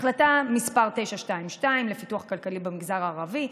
החלטה מס' 922 לפיתוח כלכלי במגזר הערבי,